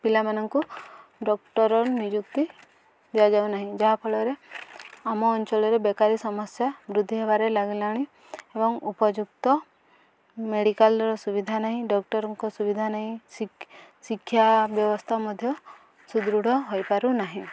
ପିଲାମାନଙ୍କୁ ଡ଼କ୍ଟର ନିଯୁକ୍ତି ଦିଆଯାଉନାହିଁ ଯାହାଫଳରେ ଆମ ଅଞ୍ଚଳରେ ବେକାରୀ ସମସ୍ୟା ବୃଦ୍ଧି ହେବାରେ ଲାଗିଲାଣି ଏବଂ ଉପଯୁକ୍ତ ମେଡ଼ିକାଲ୍ର ସୁବିଧା ନାହିଁ ଡ଼କ୍ଟରଙ୍କ ସୁବିଧା ନାହିଁ ଶିକ୍ଷା ବ୍ୟବସ୍ଥା ମଧ୍ୟ ସୁଦୃଢ଼ ହୋଇପାରୁନାହିଁ